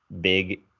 big